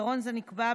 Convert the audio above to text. עיקרון זה נקבע,